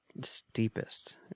steepest